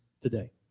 today